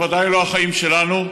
בוודאי לא החיים שלנו,